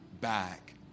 back